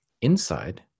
inside